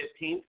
15th